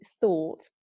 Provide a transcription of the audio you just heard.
thought